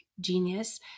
genius